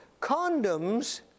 condoms